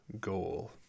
goal